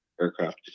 aircraft